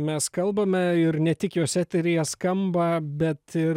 mes kalbame ir ne tik jos eteryje skamba bet ir